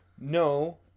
No